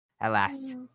alas